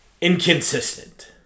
inconsistent